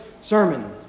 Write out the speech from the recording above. sermon